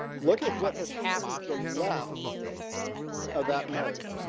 look at what has happened to the left of that mode